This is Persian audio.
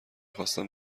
خواستم